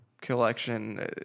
Collection